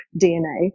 DNA